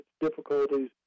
difficulties